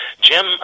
Jim